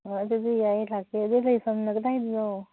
ꯍꯣꯏ ꯑꯗꯨꯁꯨ ꯌꯥꯏꯌꯦ ꯂꯥꯛꯀꯦ ꯑꯗꯨ ꯂꯩꯐꯝꯅ ꯀꯗꯥꯏꯗꯅꯣ